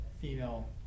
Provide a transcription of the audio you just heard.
female